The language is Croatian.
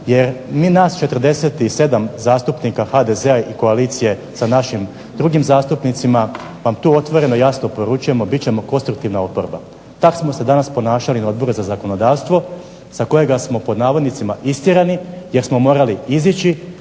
jer nije nas 47 zastupnika HDZ-a i koalicije sa našim drugim zastupnicima vam tu otvoreno i jasno poručujemo bit ćemo konstruktivna oporba. Tako smo se danas ponašali na Odboru za zakonodavstvo, sa kojega smo pod navodnicima istjerani, jer smo morali izići,